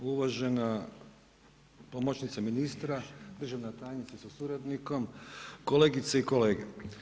Uvažena pomoćnice ministra, državna tajnice sa suradnikom, kolegice i kolege.